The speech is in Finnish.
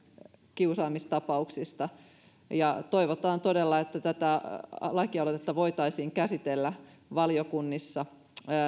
kiusaamistapauksista toivotaan todella että tätä lakialoitetta voitaisiin käsitellä valiokunnissa